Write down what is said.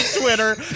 Twitter